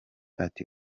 ati